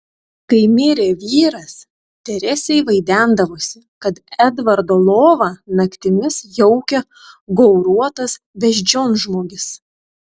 kai mirė vyras teresei vaidendavosi kad edvardo lovą naktimis jaukia gauruotas beždžionžmogis